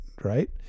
right